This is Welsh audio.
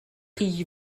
chi